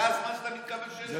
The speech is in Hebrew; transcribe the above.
זה הזמן שאתה מתכוון שיש לי?